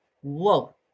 Whoa